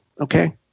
Okay